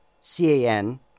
C-A-N